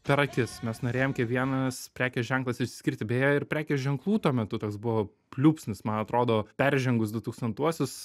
per akis mes norėjom kiekvienas prekės ženklas išsiskirti beje ir prekės ženklų tuo metu toks buvo pliūpsnis man atrodo peržengus du tūkstantuosius